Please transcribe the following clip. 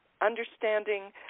understanding